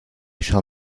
shall